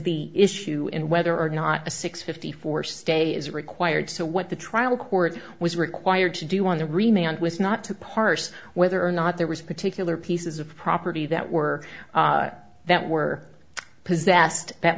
the issue and whether or not a six fifty four stay is required so what the trial court was required to do on the remained was not to parse whether or not there was particular pieces of property that were that were possessed that